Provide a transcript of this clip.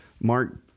Mark